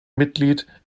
mitglied